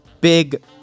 Big